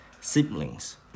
siblings